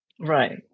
Right